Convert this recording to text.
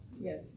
Yes